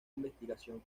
investigación